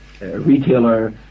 retailer